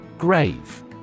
Grave